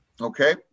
Okay